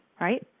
right